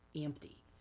empty